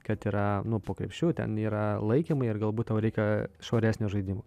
kad yra po krepšiu ten yra laikymai ar galbūt tau reikia švaresnio žaidimo